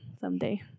someday